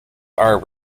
are